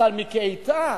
השר מיקי איתן,